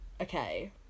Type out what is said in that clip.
Okay